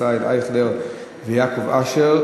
ישראל אייכלר ויעקב אשר,